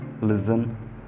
listen